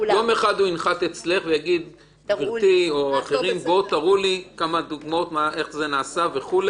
יום אחד הוא ינחת אצלכם ויגיד: תראו לי כמה דוגמאות לאיך זה נעשה וכו',